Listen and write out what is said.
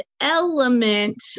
element